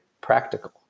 practical